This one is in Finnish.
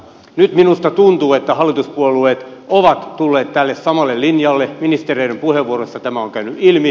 nyt minusta tuntuu että hallituspuolueet ovat tulleet tälle samalle linjalle ministereiden puheenvuoroissa tämä on käynyt ilmi